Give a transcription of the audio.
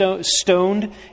stoned